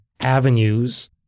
avenues